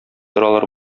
торалар